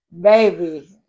Baby